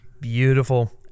Beautiful